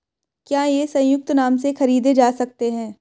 क्या ये संयुक्त नाम से खरीदे जा सकते हैं?